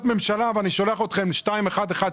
ממשלה ואני שולח אתכם להחלטה מספר 2118